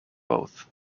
both